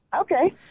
Okay